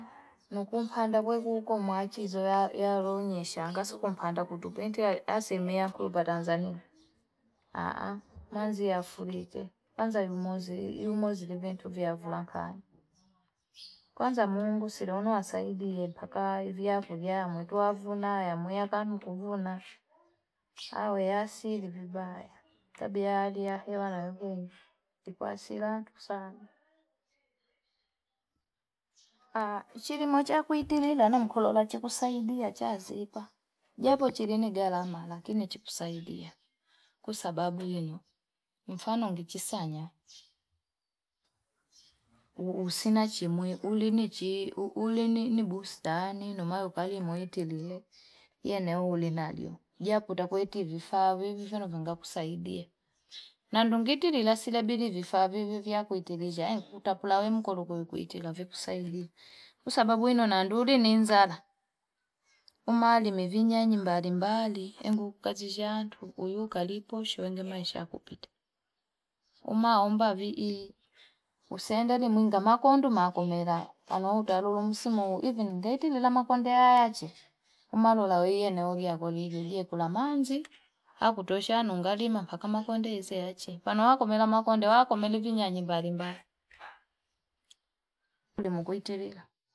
Nukumpanda kwe kuuko mwachi izo ya roo nyeshanga, sukumpanda kutupenda ya seme ya kuru ba danzani. Haaa, manzi ya fulike. Kwanza yu mozi, yu mozi liwentu vya vulankani. Kwanza mungu silionu wa saidi ye, paka yu vya kufiya ya mwetu wa vuna, ya mwia ganu kufuna. Haa, wea sili vibaya. Tabi ya hadi ya hewa na vune. Kwa sila ntu sana. Haa, chiri moja kuitili ila na mkulola chiku saidi ya chazi ipa. Japo chiri ni galama, lakini chiku saidi ya. Kwa sababu ino, mfano nungi chisanya. Usinachimwe, ulini chii, ulini nibustani, numayo kali mwiti liwe. Ie newo ulinalio. Japo utakuiti vifave vivyo na vinga kusaidia. Nandungiti lila sile bili vifave vivyo kuitilija. Nkuta kulawe mkuru kuitila vikusaidia. Kwa sababu ino, nanduri ninzala. Umali mivinyanyi mbali mbali. Ngu kajijantu, kuyuka liposho, ndema isha kupita. Umaomba vii. Usendali mwinga makondu, makomera. Kano utalulu msimu, uivini ngeiti lila makonde achi. Umalu laweye, neogia guligi, liekula manzi. Hakutosha, nungalima, pakamakonde, isi achi. Pano wakomele makonde, wakomele vinyanyi mbali mbali. Mwiti lila.